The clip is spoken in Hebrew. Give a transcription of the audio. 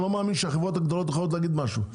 לא מאמין שהחברות הגדולות יכולות להגיע משהו.